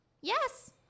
yes